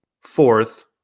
Fourth